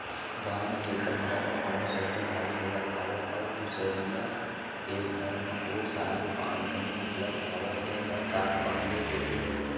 गाँव म जेखर घर म कोनो सब्जी भाजी होवत हावय अउ दुसरइया के घर म ओ साग पान नइ निकलत हावय तेन ल साग पान दे देथे